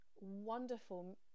wonderful